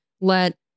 let